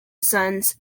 sons